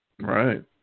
Right